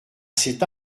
cet